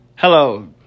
Hello